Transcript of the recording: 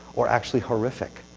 or actually horrific,